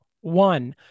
one